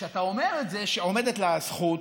כשאתה אומר את זה, שעומדת לה הזכות,